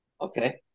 Okay